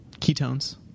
ketones